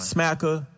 Smacker